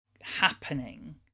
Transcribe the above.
happening